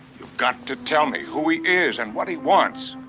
you've got to tell me who he is and what he wants!